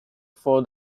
for